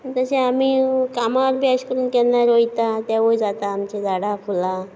आनी तशें आमी कामाक बी एश करून केन्ना रोयता तेंवूय जाता आमचीं झाडां फुलां